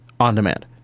On-demand